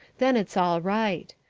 then it's all right.